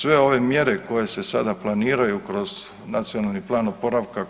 Sve ove mjere koje se sada planiraju kroz Nacionalni plan oporavka